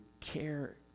care